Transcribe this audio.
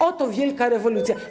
Oto wielka rewolucja.